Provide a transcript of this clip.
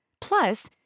Plus